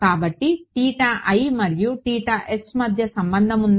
కాబట్టి మరియు మధ్య సంబంధం ఉందా